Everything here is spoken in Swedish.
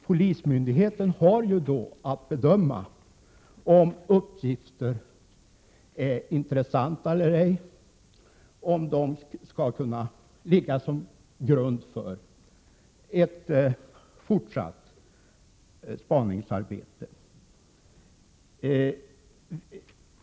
Polismyndigheten hade då att bedöma om uppgifterna är intressanta eller ej, om de kan ligga till grund för ett fortsatt spaningsarbete eller inte.